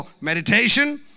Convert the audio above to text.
meditation